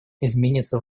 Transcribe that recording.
изменится